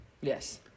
Yes